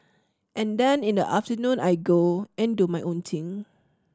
and then in the afternoon I go and do my own thing